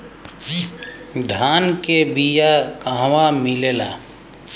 धान के बिया कहवा मिलेला?